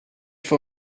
for